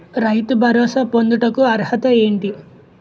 రైతు భరోసా పొందుటకు అర్హత ఏంటి?